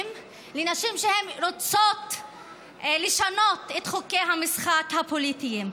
לנשים שרוצות לשנות את חוקי המשחק הפוליטיים.